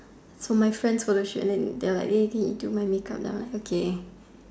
so my friends photo shoot and then they are like Eddie do my makeup then I am like okay